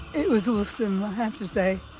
it was awesome i have to say,